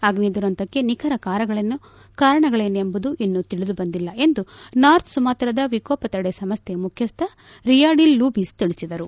ಅಗ್ನಿ ದುರಂತಕ್ಕೆ ನಿಖರ ಕಾರಣಗಳೇನು ಎಂಬುದು ಇನ್ನೂ ತಿಳಿದು ಬಂದಿಲ್ಲ ಎಂದು ನಾರ್ಥ್ ಸಮಾತ್ರಾದ ವಿಕೋಪ ತಡೆ ಸಂಸ್ಥೆ ಮುಖ್ಯಸ್ಥ ರಿಯಾಡಿಲ್ ಲೂಬಿಸ್ ತಿಳಿಸಿದರು